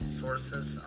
sources